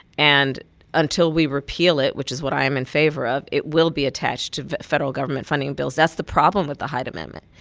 and until we repeal it, which is what i am in favor of, it will be attached to federal government funding bills. that's the problem with the hyde amendment.